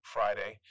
Friday